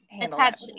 attach